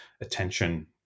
attention